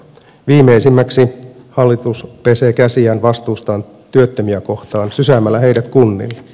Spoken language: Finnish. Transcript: viimeisimmäksi hallitus pesee käsiään vastuustaan työttömiä kohtaan sysäämällä heidät kunnille